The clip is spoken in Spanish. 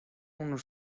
unos